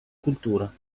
cultura